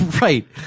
Right